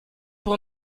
pour